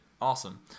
awesome